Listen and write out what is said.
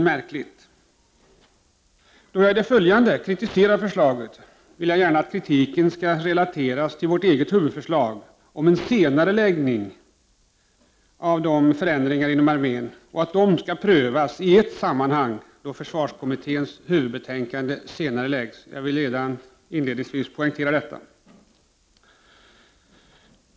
Jag vill inledningsvis poängtera att då jag i det följande kritiserar förslaget vill jag gärna att kritiken skall relateras till vårt eget huvudförslag om en senareläggning av förändringar inom armén och att de skall prövas i ett sammanhang, då försvarskommitténs huvudbetänkande föreläggs riksdagen.